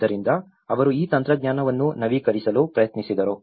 ಆದ್ದರಿಂದ ಅವರು ಈ ತಂತ್ರಜ್ಞಾನವನ್ನು ನವೀಕರಿಸಲು ಪ್ರಯತ್ನಿಸಿದರು